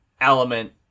element